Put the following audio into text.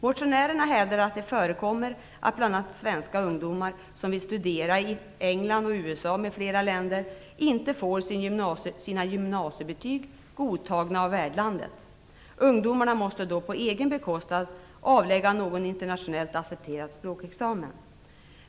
Motionärerna hävdar att det förekommer att bl.a. svenska ungdomar, som vill studera i England och USA m.fl. länder, inte får sina gymnasiebetyg godtagna av värdlandet. Ungdomarna måste då på egen bekostnad avlägga någon internationellt accepterad språkexamen.